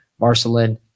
Marcelin